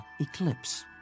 eclipse